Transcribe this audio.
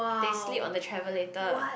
they sleep on the travelator